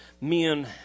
men